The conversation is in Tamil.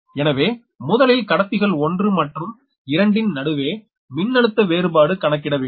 எனவே முதலில் கடத்திகள் 1 மற்றும் 2 ன் நடுவே மின்னழுத்த வேறுபாடு கணக்கிட வேண்டும்